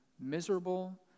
miserable